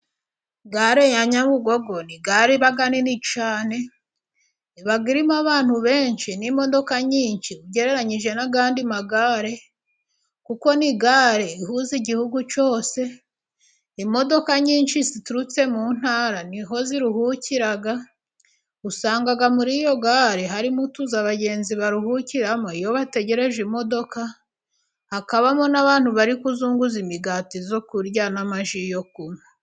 Gare ya nyabugogo ni gare ibaga nini cyane, iba irimo abantu benshi n'imodoka nyinshi, ugereranyije n'andi magare, kuko nigare ihuza igihugu cyose, imodoka nyinshi ziturutse, mu ntara niho ziruhukira, usanga muri iyo gare, harimo utuzu abagenzi baruhukiramo, iyo bategereje imodoka, hakabamo n'abantu bari kuzunguza, imigati yo kurya, n'amaji yo kunywa.